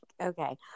Okay